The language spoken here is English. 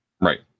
Right